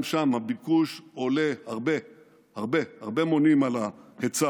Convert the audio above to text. גם שם הביקוש עולה הרבה הרבה הרבה מונים על ההיצע,